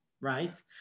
right